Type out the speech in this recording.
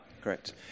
Correct